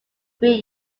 three